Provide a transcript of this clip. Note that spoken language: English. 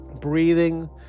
breathing